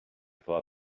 faudra